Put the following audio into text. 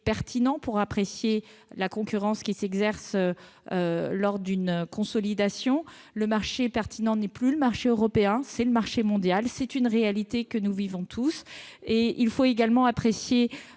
pertinent pour apprécier la concurrence qui s'exerce lors d'une consolidation : ce n'est plus le marché européen, mais le marché mondial ... Exactement ! C'est une réalité que nous vivons tous. Il faut également apprécier